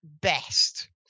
best